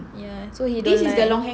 yeah so he don't like